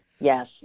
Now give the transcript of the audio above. Yes